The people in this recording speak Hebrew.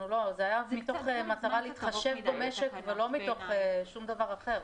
זה היה מתוך מטרה להתחשב במשק ולא מתוך שום דבר אחר.